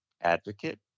advocate